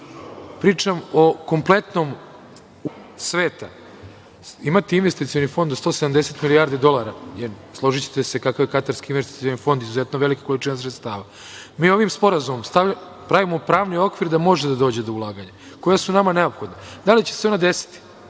prostoru čitavog sveta. Imati investicioni fond od 170 milijardi dolara je, složićete se, kakav je Katarski investicioni fond je izuzetno velika količina sredstava. Mi ovim sporazumom stavljamo, pravimo pravni okvir da može da dođe do ulaganja koja su nama neophodna. Da li će se ona desiti